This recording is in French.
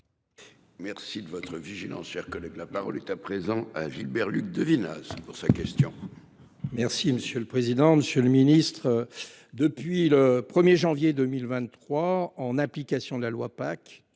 Merci de votre vigilance. Cher collègue, la parole est à présent hein. Gilbert Luc vinasse pour sa question. Merci monsieur le président, Monsieur le Ministre. Depuis le 1er janvier 2023, en application de la loi